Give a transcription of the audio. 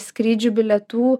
skrydžių bilietų